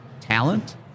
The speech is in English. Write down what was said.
talent